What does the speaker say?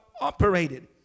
operated